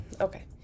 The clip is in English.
Okay